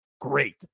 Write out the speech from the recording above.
great